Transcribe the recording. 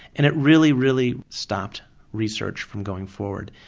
and it really, really stopped research from going forward.